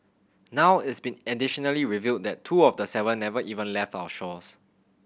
now it's been additionally revealed that two of the seven never even left our shores